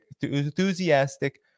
enthusiastic